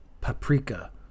paprika